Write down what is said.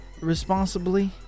responsibly